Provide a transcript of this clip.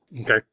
okay